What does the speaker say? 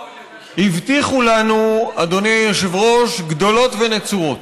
הבטיחו לנו, אדוני היושב-ראש, גדולות ונצורות.